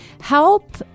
help